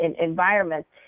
environments